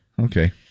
Okay